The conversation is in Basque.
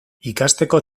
ikasteko